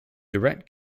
direct